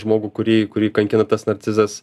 žmogų kurį kurį kankina tas narcizas